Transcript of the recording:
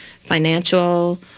financial